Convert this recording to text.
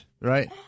right